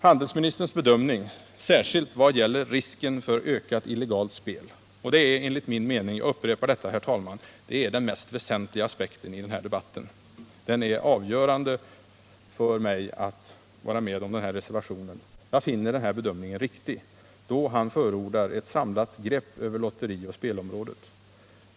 Handelsministerns bedömning särskilt vad gäller risken för ökat illegalt spel — jag upprepar, herr talman, att det är enligt min mening den mest väsentliga aspekten i den här debatten, och den har också varit avgörande för mitt deltagande i reservationen — finner jag riktig, då han förordar ett samlat grepp över lotterioch spelområdet.